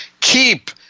keep